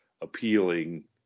appealing